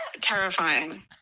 terrifying